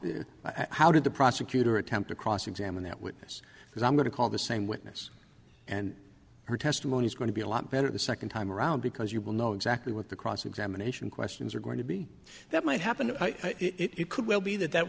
talk how did the prosecutor attempt to cross examine that witness because i'm going to call the same witness and her testimony is going to be a lot better the second time around because you will know exactly what the cross examination questions are going to be that might happen it could well be that that